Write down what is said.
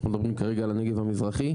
אנחנו מדברים כרגע על הנגב המזרחי.